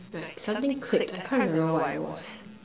like something clicked I can't remember what I was